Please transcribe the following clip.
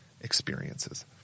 experiences